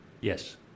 Yes